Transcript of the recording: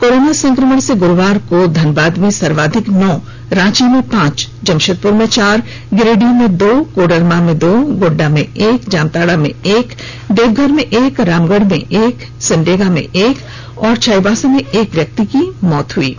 corona संक्रमण से गुरुवार को धनबाद में सर्वाधिक नौ रांची में पांच जमशेदपुर में चार गिरिडीह में दो कोडरमा में दो गोड्डा में एक जामताड़ा में एक देवघर में एक रामगढ़ में एक सिमडेगा में एक व चाईबासा के एक व्यक्ति की मौत हुई है